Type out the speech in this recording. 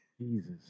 Jesus